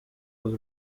was